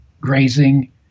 grazing